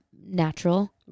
natural